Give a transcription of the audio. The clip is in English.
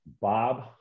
Bob